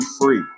free